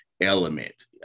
element